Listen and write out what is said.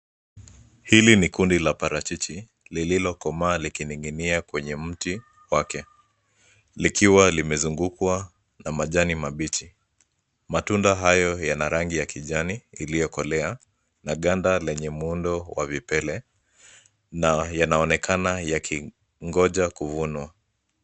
Hili ni kundi la parachichi liliokomaa likininginia kwenye mti wake likiwa limezungukwa na majani mabichi matunda hayo yanarangi ya kijani iliokolea na ganda lenye muundo wa vipele na yanaonekana yakingoja kuvunwa.